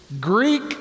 Greek